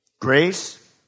grace